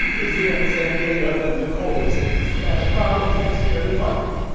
easier in san diego than the colder cities yeah, chicago's next year. there might be